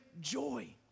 joy